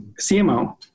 CMO